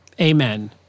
Amen